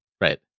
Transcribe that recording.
Right